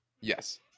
yes